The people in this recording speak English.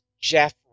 Jeff